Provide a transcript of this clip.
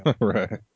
right